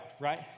right